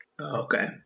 Okay